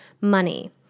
money